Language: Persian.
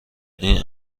این